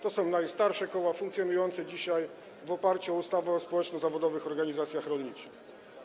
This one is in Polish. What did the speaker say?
To są najstarsze koła funkcjonujące dzisiaj w oparciu o ustawę o społeczno-zawodowych organizacjach rolników.